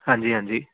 ਹਾਂਜੀ ਹਾਂਜੀ